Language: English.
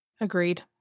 Agreed